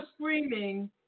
screaming